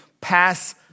pass